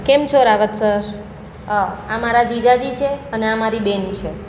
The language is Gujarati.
કેમ છો રાવત સર આ મારા જીજાજી છે અને આ મારી બેન છે